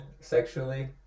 Sexually